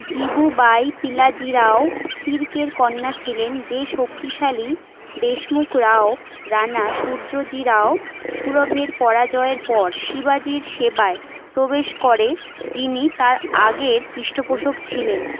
জীবুবাই পিলাজিরাও শির্কের কন্যা ছিলেন যে শক্তিশালী দেশমুখ রাও রানা সূর্যজিরাও সুরভের পরাজয়ের পর শিবাজীর সেবায় প্রবেশ করে যিনি তার আগের পৃষ্ঠপোষক ছিলেন